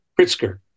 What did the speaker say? Pritzker